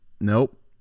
nope